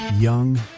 Young